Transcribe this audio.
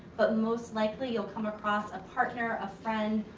but most likely you'll come across a partner, a friend,